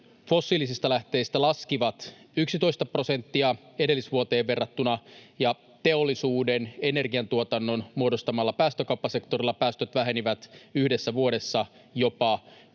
fossiilisista lähteistä laskivat 11 prosenttia edellisvuoteen verrattuna, ja teollisuuden energiantuotannon muodostamalla päästökauppasektorilla päästöt vähenivät yhdessä vuodessa jopa